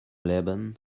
leben